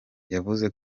yavuze